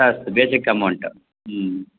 अस्तु basic amount